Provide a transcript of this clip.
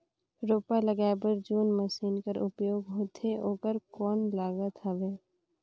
रोपा लगाय बर जोन मशीन कर उपयोग होथे ओकर कौन लागत हवय?